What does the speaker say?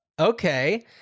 Okay